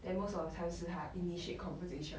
then most of the time 是他 initiate conversation